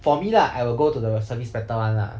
for me lah I will go to the service better one lah